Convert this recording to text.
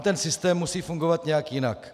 Ten systém tam musí fungovat nějak jinak.